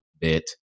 bit